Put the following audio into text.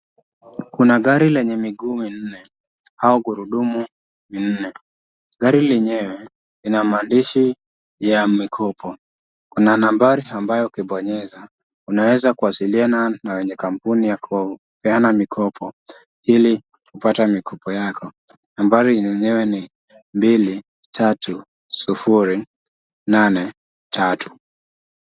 Kuna gari lenye miguu minne au gurudumu nne . Gari lenyewe lina maandishi ya mikopo . Kuna nambari ambayo ukibonyeza unaweza kuwasiliana na wenye kampuni ya kupeana mikopo ili kupata mikopo yako . Nambari yenyewe ni 23083.